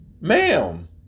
ma'am